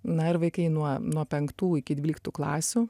na ir vaikai nuo nuo penktų iki dvyliktų klasių